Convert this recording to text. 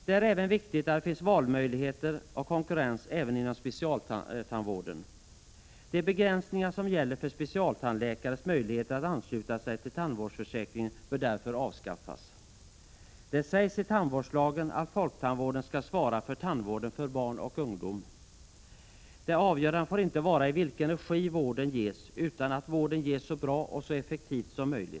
Det är även viktigt att det finns valmöjligheter och konkurrens även inom specialisttandvården. De begränsningar som gäller för specialisttandläkares möjligheter att ansluta sig till tandvårdsförsäkringen bör därför avskaffas. barn och ungdomar. Det avgörande får inte vara i vilken regi vården ges utan Prot. 1986/87:51 att vården ges så bra och så effektivt som möjligt.